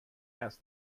asked